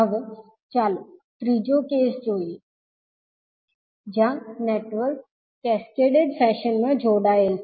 હવે ચાલો ત્રીજો કેસ જોઈએ જ્યાં નેટવર્ક કેસ્કેડ ફેશનમા જોડાયેલ છે